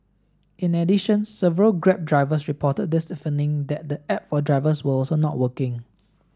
in addition several Grab drivers reported this evening that the app for drivers was also not working